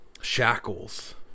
shackles